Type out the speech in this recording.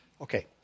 Okay